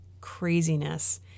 craziness